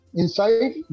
inside